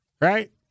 Right